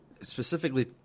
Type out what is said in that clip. specifically